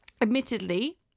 admittedly